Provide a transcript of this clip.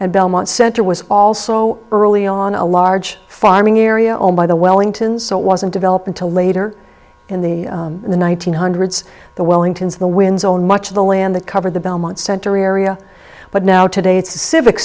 and belmont center was also early on a large farming area owned by the wellington so it wasn't developed until later in the in the one nine hundred the wellingtons the winds own much of the land that covered the belmont center area but now today it's the civic